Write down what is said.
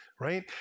right